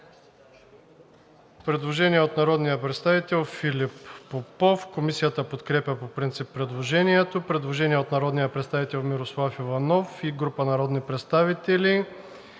Предложение от народния представител Филип Попов. Комисията подкрепя по принцип предложението. Предложение на народния представител Мирослав Иванов и група народни представители.